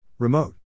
Remote